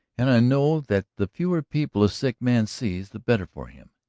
and i know that the fewer people a sick man sees the better for him.